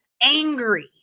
angry